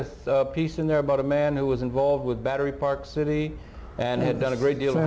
a piece in there about a man who was involved with battery park city and had done a great deal o